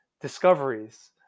discoveries